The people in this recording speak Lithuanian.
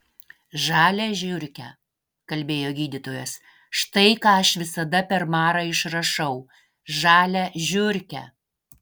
žalią žiurkę kalbėjo gydytojas štai ką aš visada per marą išrašau žalią žiurkę